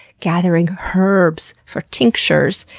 gathering herbs for tinctures,